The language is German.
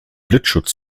blitzschutz